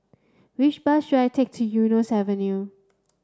which bus should I take to Eunos Avenue